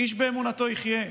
איש באמונתו יחיה.